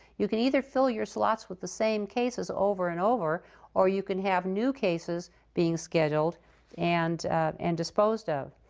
you can either fill your slots with the same cases over and over or you can have new cases being scheduled and and disposed of.